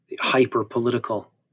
hyper-political